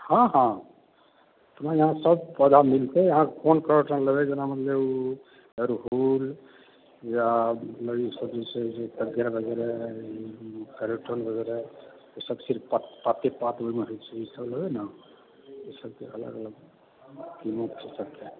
हँ हँ हमरा यहाँ सभ पौधा मिलतय अहाँ कोन क्रोटन लेबय जेना मतलब अरहुल या इसभ जे छै पतझड़ वगैरह क्रोटन वगैरह ओसभ सिर्फ पाते पात जेना होइत छै इसभ लेबय न इसभके अलग अलग कीमत छै सभके